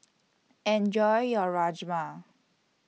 Enjoy your Rajma